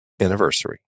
anniversary